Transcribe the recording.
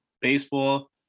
baseball